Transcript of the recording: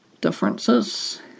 differences